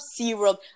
SeaWorld